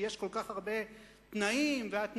כי יש כל כך הרבה תנאים והתניות,